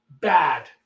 bad